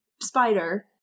spider